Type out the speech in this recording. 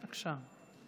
בבקשה,